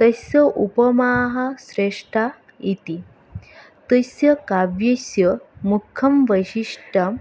तस्य उपमाः श्रेष्ठा इति तस्य काव्यस्य मुख्यं वैशिष्टम्